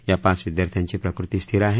या पाच विद्यार्थ्यांची प्रकृती स्थिर आहे